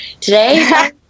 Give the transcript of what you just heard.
Today